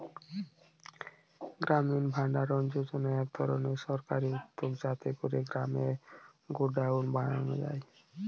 গ্রামীণ ভাণ্ডারণ যোজনা এক ধরনের সরকারি উদ্যোগ যাতে করে গ্রামে গডাউন বানানো যায়